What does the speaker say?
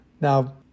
Now